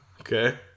Okay